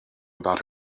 about